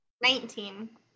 Nineteen